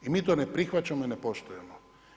I mi to ne prihvaćamo i ne poštujemo.